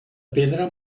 pedra